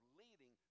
leading